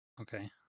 Okay